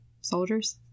soldiers